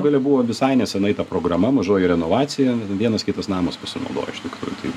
gale buvo visai nesenai ta programa mažoji renovacija vienas kitas namas pasinaudojo iš tikrųjų tai